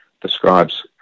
describes